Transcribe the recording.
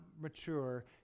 mature